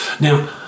Now